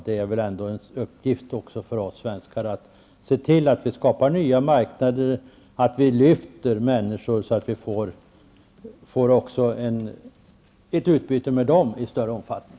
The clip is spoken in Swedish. Det är väl ändå en uppgift också för oss svenskar att se till att vi skapar nya marknader och att vi så att säga lyfter människor så att vi även får ett utbyte med dem i större utsträckning.